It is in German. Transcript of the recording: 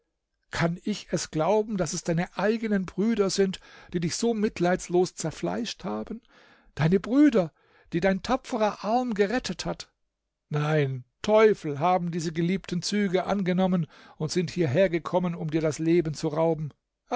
kann ich es glauben daß es deine eigenen brüder sind die dich so mitleidslos zerfleischt haben deine brüder die dein tapferer arm gerettet hat nein teufel haben diese geliebten züge angenommen und sind hierhergekommen um dir das leben zu rauben